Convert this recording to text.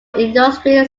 industrial